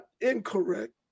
incorrect